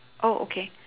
oh okay